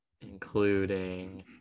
including